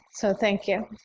so thank you.